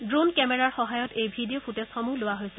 drone কেমেৰাত সহায়ত এই ভিডিঅ ফুটেজসমূহ লোৱা হৈছিল